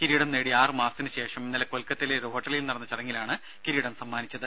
കിരീടം നേടി ആറു മാസത്തിനു ശേഷം ഇന്നലെ കൊൽക്കത്തയിലെ ഒരു ഹോട്ടലിൽ നടന്ന ചടങ്ങിലാണ് കിരീടം സമ്മാനിച്ചത്